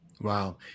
Wow